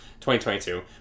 2022